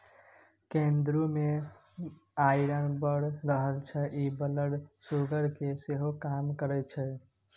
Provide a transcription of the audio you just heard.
कुंदरु मे आइरन बड़ रहय छै इ ब्लड सुगर केँ सेहो कम करय छै